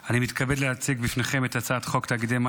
אני קובע כי הצעת החוק לתיקון פקודת סימני מסחר (מס'